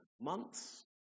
months